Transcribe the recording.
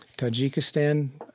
tajikistan.